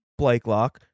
Blakelock